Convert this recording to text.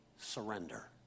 Surrender